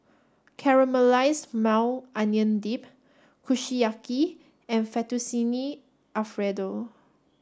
Caramelized Maui Onion Dip Kushiyaki and Fettuccine Alfredo